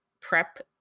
prep